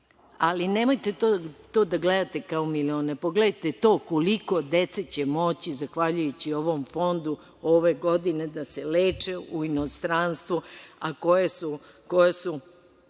ali nemojte to da gledate kao milione, pogledajte koliko dece će moći zahvaljujući ovom fondu ove godine da se leči u inostranstvu, a koja su